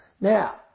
Now